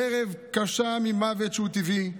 חרב קשה ממוות, שהוא טבעי,